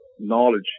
knowledge